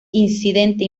incidente